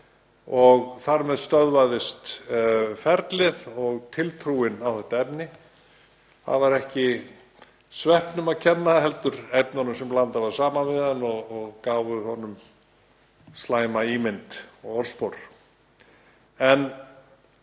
Þar með stöðvaðist ferlið og tiltrúin á þetta efni. Það var ekki sveppnum að kenna heldur efnunum sem blandað var saman við hann sem gáfu honum slæma ímynd og orðspor.